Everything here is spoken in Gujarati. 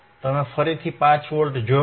તમે ફરીથી 5 વોલ્ટ જોશો